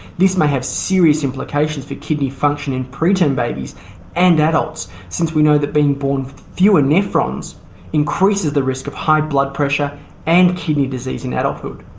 this may have serious implications for kidney function in preterm babies and adults, since we know that being born with fewer nephrons increases the risk of high blood pressure and kidney disease in adulthood.